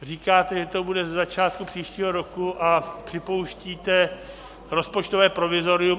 Říkáte, že to bude ze začátku příštího roku, a připouštíte rozpočtové provizorium.